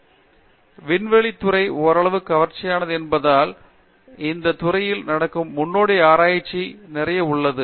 உண்மையில் விண்வெளி துறை ஓரளவு கவர்ச்சியானது என்பதால் இந்த துறையில் நடக்கும் முன்னோடி ஆராய்ச்சி நிறைய உள்ளது